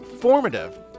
formative